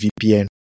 VPN